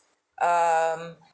um